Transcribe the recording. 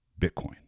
Bitcoin